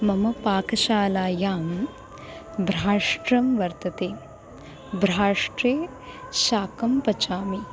मम पाकशालायां भ्राष्ट्रं वर्तते भ्राष्ट्रे शाकं पचामि